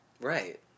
Right